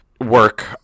work